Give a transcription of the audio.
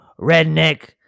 redneck